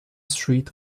street